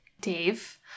Dave